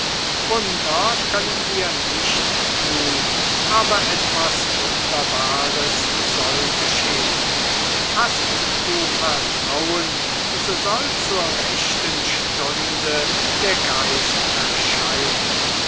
wunder können wir nicht tun aber etwas wunderbares soll geschehen hast du vertrauen so soll zur rechten stunde der geist erscheinen